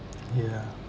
ya